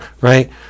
right